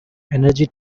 energy